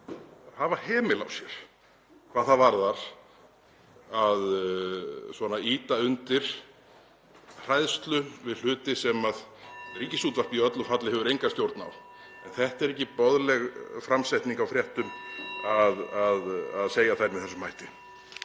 hafa hemil á sér hvað það varðar að ýta undir hræðslu við hluti sem (Forseti hringir.) Ríkisútvarpið í öllu falli hefur enga stjórn á. Þetta er ekki boðleg framsetning á fréttum að segja þær með þessum hætti.